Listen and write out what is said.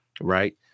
right